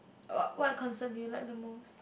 uh what concert do you like the most